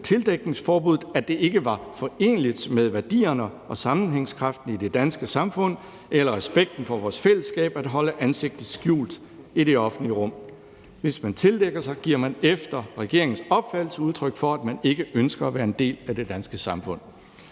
regeringens opfattelse ikke er foreneligt med værdierne og sammenhængskraften i det danske samfund eller respekten for vores fællesskab at holde ansigtet skjult i det offentlige rum. ... Hvis man tildækker sig, giver man efter regeringens opfattelse udtryk for, at man ikke ønsker at være en del af det danske samfund.«